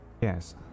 Yes